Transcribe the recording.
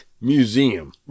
Museum